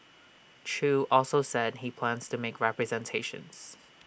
chew also said he plans to make representations